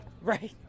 Right